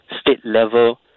state-level